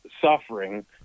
suffering